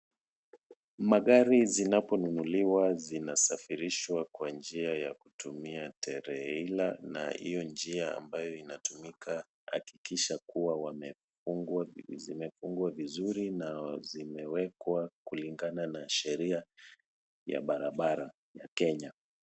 Magari zinaponunuliwa zinasafirishwa kwa njia ya kutumia tarehila na hiyo njia ambayo inatumika hakikisha kuwa wamefungwa vizimefungwa vizuri na wazimewekwa kulingana na sheria ya barabara ya Kenya.